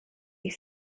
ich